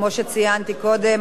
כמו שציינתי קודם,